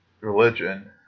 religion